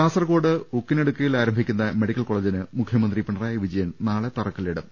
കാസർകോട് ഉക്കിനടുക്കയിൽ ആരംഭിക്കുന്ന മെഡിക്കൽ കോള ജിന് മുഖ്യമന്ത്രി പിണറായി വിജയൻ നാളെ തറക്കല്ലിടും